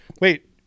Wait